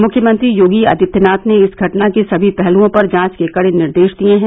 मुख्यमंत्री योगी आदित्यनाथ ने इस घटना के सभी पहलुओं पर जांच के कड़े निर्देष दिये हैं